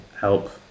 help